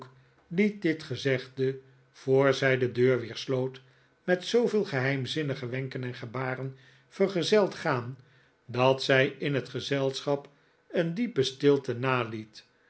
dit gezegde voor zij de deur weer sloot met zooveel geheimzinnige wenken en gebaren vergezeld gaan dat zij in het gezelschap een diepe stilte naliet